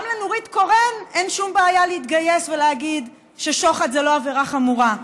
גם לנורית קורן אין שום בעיה להתגייס ולהגיד ששוחד היא לא עבירה חמורה.